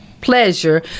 pleasure